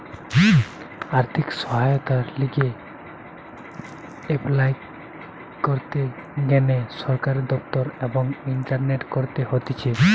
আর্থিক সহায়তার লিগে এপলাই করতে গ্যানে সরকারি দপ্তর এবং ইন্টারনেটে করতে হতিছে